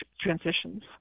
transitions